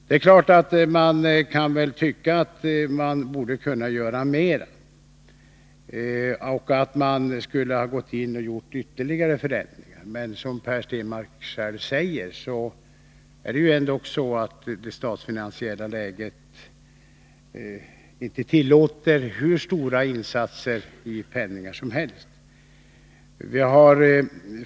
Man kan naturligtvis tycka att vi borde ha kunnat göra mer, att ytterligare förändringar borde ha gjorts, men som Per Stenmarck själv säger medger inte det statsfinansiella läget att vi gör hur stora penninginsatser som helst.